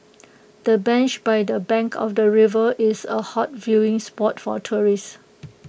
the bench by the bank of the river is A hot viewing spot for tourists